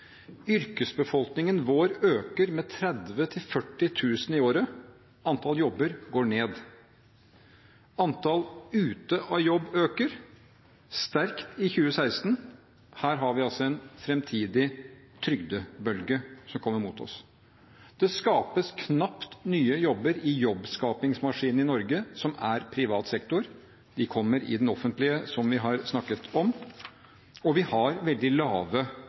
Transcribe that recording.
Yrkesbefolkningen vår øker med 30 000 til 40 000 i året, antall jobber går ned. Antallet ute av jobb øker sterkt i 2016. Her har vi altså en framtidig trygdebølge som kommer mot oss. Det skapes knapt nye jobber i jobbskapingsmaskinen i Norge, som er privat sektor, de kommer i den offentlige, som vi har snakket om, og vi har veldig lave